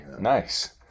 Nice